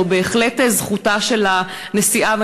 זו בהחלט זכותה של הנשיאה,